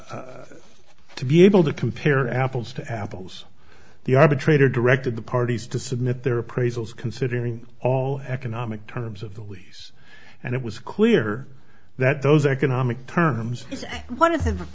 claim to be able to compare apples to apples the arbitrator directed the parties to submit their appraisals considering all economic terms of the lease and it was clear that those economic terms is one of